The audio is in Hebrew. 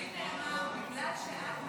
לי נאמר: בגלל שאת מהליכוד,